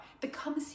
becomes